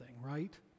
right